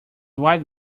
wide